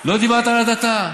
לא דיברת על הדתה.